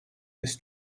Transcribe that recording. this